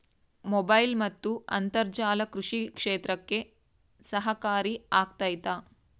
Mobile ಮತ್ತು ಅಂತರ್ಜಾಲ ಕೃಷಿ ಕ್ಷೇತ್ರಕ್ಕೆ ಸಹಕಾರಿ ಆಗ್ತೈತಾ?